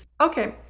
Okay